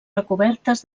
recobertes